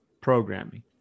programming